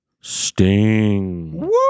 Sting